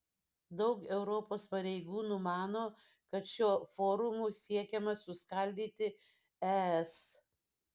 daug europos pareigūnų mano kad šiuo forumu siekiama suskaldyti es